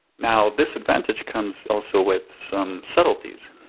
now this advantage comes also with some subtleties.